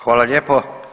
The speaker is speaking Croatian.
Hvala lijepo.